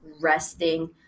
resting